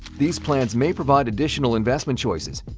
these plans may provide additional investment choices.